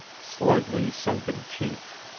slightly sunken cheeks,